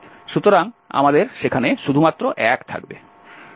সুতরাং আমাদের সেখানে শুধুমাত্র 1 থাকবে